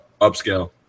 upscale